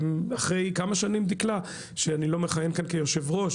דקלה, אחרי כמה שנים שאני לא מכהן כאן כיושב-ראש?